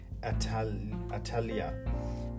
Atalia